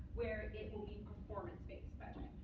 where it will be performance-based budgeting,